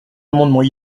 amendements